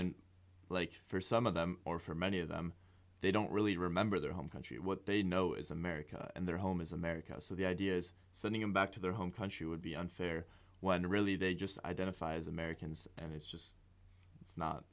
like for some of them or for many of them they don't really remember their home country what they know is america and their home is america so the idea is something a back to their home country would be unfair when really they just identify as americans and it's just it's not